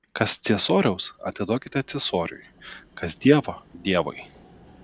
kas ciesoriaus atiduokite ciesoriui kas dievo dievui